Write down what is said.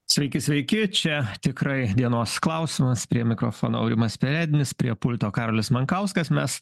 sveiki sveiki čia tikrai dienos klausimas prie mikrofono aurimas perednis prie pulto karolis monkauskas mes